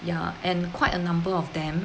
yeah and quite a number of them